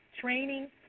Training